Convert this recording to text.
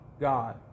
God